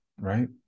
right